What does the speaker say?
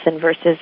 versus